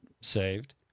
saved